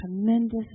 tremendous